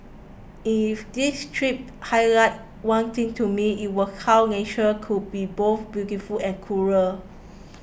if this trip highlighted one thing to me it was how nature could be both beautiful and cruel